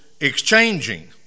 exchanging